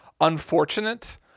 unfortunate